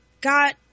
got